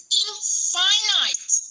infinite